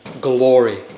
glory